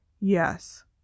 yes